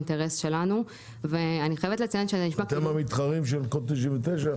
אתם המתחרים של קוד 99?